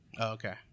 Okay